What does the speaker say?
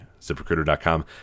ZipRecruiter.com